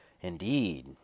indeed